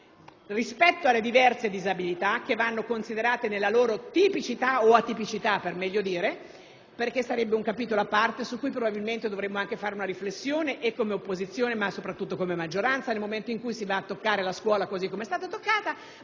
rispetto alle diverse disabilità, che vanno considerate nella loro tipicità, o per meglio dire atipicità, perché sarebbe un capitolo a parte, su cui probabilmente dovremmo anche svolgere una riflessione come opposizione, ma soprattutto come maggioranza, nel momento in cui si va a toccare la scuola così come è stata toccata.